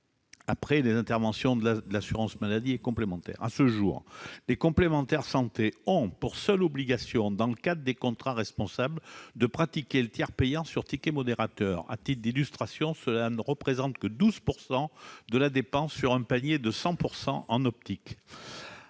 après les interventions de l'assurance maladie et de l'assurance complémentaire. À ce jour, les complémentaires santé ont pour seule obligation, dans le cadre des contrats responsables, de pratiquer le tiers payant sur le ticket modérateur. À titre d'illustration, cela ne représente que 12 % de la dépense sur un panier 100 % santé en optique.